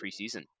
preseason